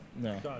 No